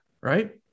Right